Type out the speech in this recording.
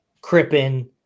Crippen